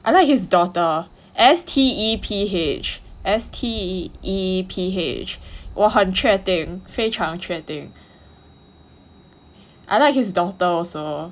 I like his daughter S T E P H S T E P H 我很确定非常确定 I like his daughter also